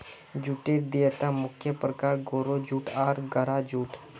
जूटेर दिता मुख्य प्रकार, गोरो जूट आर गहरा जूट